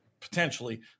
potentially